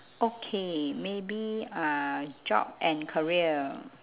okay maybe uh job and career